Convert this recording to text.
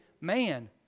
man